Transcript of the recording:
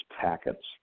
packets